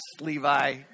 levi